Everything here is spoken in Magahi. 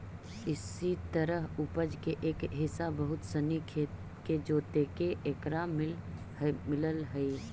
इसी तरह उपज के एक हिस्सा बहुत सनी खेत के जोतके एकरा मिलऽ हइ